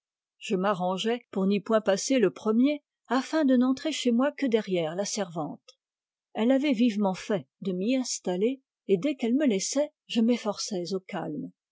je m'arrangeais pour n'y point passer le premier afin de n'entrer chez moi que derrière la servante elle avait vivement fait de m'y installer et dès qu'elle me laissait je m'efforçais au calme